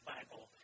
Bible